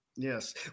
Yes